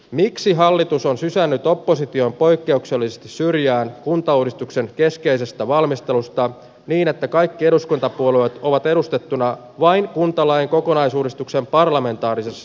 miksi hallitus on sysännyt opposition poikkeukselliset syrjään kuntauudistuksen keskeisistä valmistelusta niin että kaikki eduskuntapuolueet ovat edustettuna vain kuntalain kokonaisuudistuksen parlamentaarisessa